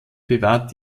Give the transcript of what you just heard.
bewahrt